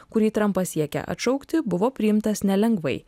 kurį trampas siekia atšaukti buvo priimtas nelengvai